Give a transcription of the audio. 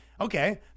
Okay